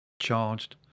charged